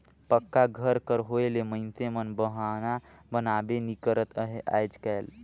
पक्का घर कर होए ले मइनसे मन बहना बनाबे नी करत अहे आएज काएल